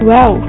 Wow